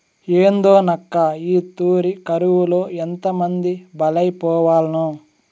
ఏందోనక్కా, ఈ తూరి కరువులో ఎంతమంది బలైపోవాల్నో